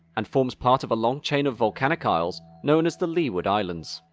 and forms part of a long chain of volcanic isles known as the leeward islands.